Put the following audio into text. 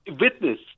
witness